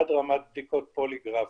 עד רמת בדיקות פוליגרף